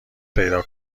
پیدا